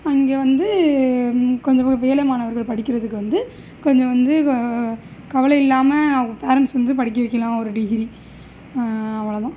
அங்கே வந்து கொஞ்சம் ஏழை மாணவர்கள் படிக்கிறதுக்கு வந்து கொஞ்சம் வந்து கவலை இல்லாமல் அவங்க பேரண்ட்ஸ் வந்து படிக்க வைக்கலாம் ஒரு டிகிரி அவ்வளோதான்